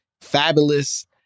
Fabulous